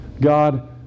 God